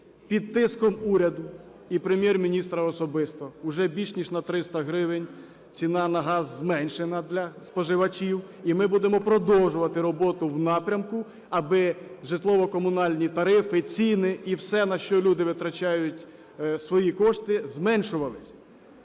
Під тиском уряду і Прем'єр-міністра особисто вже більше ніж на 300 гривень ціна на газ зменшена для споживачів, і ми будемо продовжувати роботу в напрямку, аби житлово-комунальні тарифи і ціни, і все, на що люди витрачають свої кошти, зменшувалися.